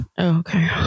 okay